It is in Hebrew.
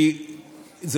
כי אולי אין להם ברירה.